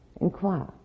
inquire